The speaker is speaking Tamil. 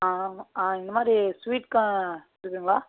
ஆ ஆ இந்த மாதிரி ஸ்வீட்கான் இதுங்களா